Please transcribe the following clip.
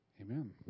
Amen